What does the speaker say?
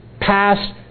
past